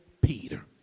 Peter